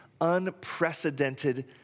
unprecedented